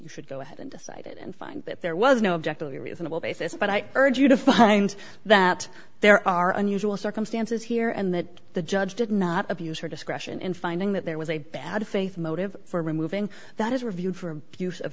you should go ahead and decide it and find that there was no objectively reasonable basis but i urge you to find that there are unusual circumstances here and that the judge did not abuse her discretion in finding that there was a bad faith motive for removing that is reviewed for